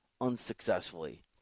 unsuccessfully